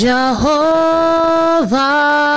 Jehovah